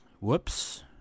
whoops